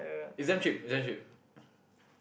it's damn cheap it's damn cheap